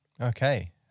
Okay